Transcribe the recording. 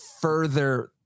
further